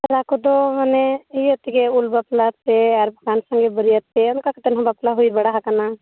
ᱛᱟᱨᱟ ᱠᱚᱫᱚ ᱢᱟᱱᱮ ᱤᱭᱟᱹ ᱛᱮᱜᱮ ᱩᱱ ᱵᱟᱯᱞᱟ ᱛᱮ ᱟᱨ ᱵᱟᱠᱷᱟᱱ ᱥᱟᱸᱜᱮ ᱵᱟᱹᱨᱭᱟᱹᱛᱮ ᱚᱱᱠᱟ ᱠᱟᱛᱮ ᱦᱚᱸ ᱵᱟᱯᱞᱟ ᱦᱩᱭ ᱵᱟᱲᱟ ᱦᱟᱠᱟᱱᱟ